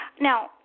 Now